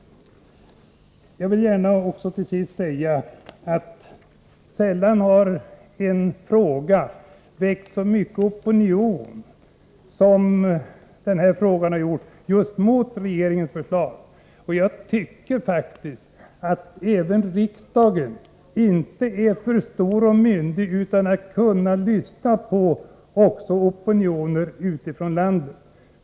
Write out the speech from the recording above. Jag vill till sist säga: Sällan har ett regeringsförslag väckt en så stark motopinion som detta. Jag tycker faktiskt att inte ens riksdagen är för stor och myndig för att kunna ta intryck av opinioner ute i landet.